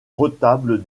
retable